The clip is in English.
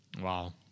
Wow